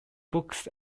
books